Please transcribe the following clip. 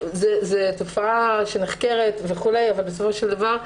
זו תופעה שנחקרת, אבל בסופו של דבר,